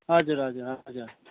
हजुर हजुर अँ हजुर